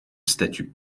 statut